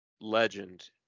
legend